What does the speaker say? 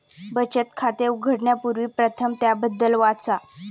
बचत खाते उघडण्यापूर्वी प्रथम त्याबद्दल वाचा